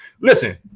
Listen